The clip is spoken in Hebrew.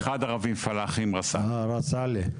ואחד ערבים פלאחים ראס עלי.